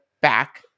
back